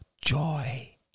joy